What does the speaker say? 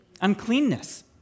uncleanness